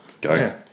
Go